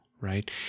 right